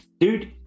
Dude